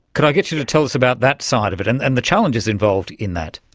could i get you to tell us about that side of it and and the challenges involved in that?